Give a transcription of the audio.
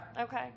Okay